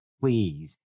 please